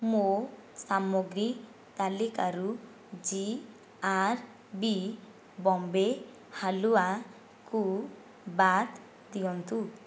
ମୋ ସାମଗ୍ରୀ ତାଲିକାରୁ ଜି ଆର୍ ବି ବମ୍ବେ ହାଲୁଆକୁ ବାଦ୍ ଦିଅନ୍ତୁ